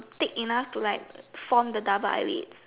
thick enough to like form the double eyelid